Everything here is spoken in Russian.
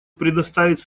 предоставить